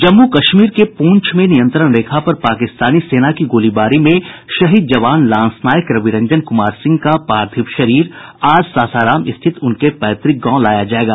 जम्मू कश्मीर के पूंछ में नियंत्रण रेखा पर पाकिस्तानी सेना की गोलाबारी में शहीद जवान लांसनायक रविरंजन कुमार सिंह का पार्थिव शरीर आज सासाराम स्थित उनके पैतृक गांव लाया जायेगा